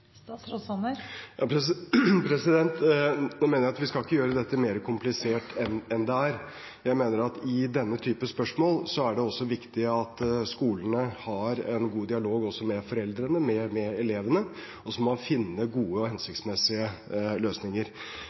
Vi skal ikke gjøre dette mer komplisert enn det er. Jeg mener at i denne type spørsmål er det viktig at skolene har en god dialog med foreldrene og elevene, og så må man finne gode og hensiktsmessige løsninger.